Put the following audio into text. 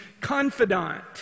confidant